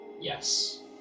Yes